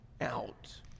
out